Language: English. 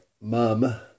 Mum